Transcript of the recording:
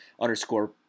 underscore